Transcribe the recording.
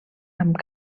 amb